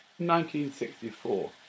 1964